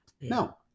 no